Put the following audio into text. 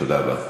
תודה רבה.